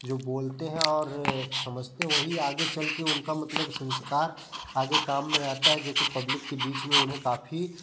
जो बोलते हैं और समझते हैं वही आगे चल के उनका मतलब संस्कार आगे काम में आता है जोकि पब्लिक के बीच में उन्हें काफ़ी